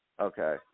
Okay